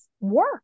work